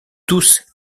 tous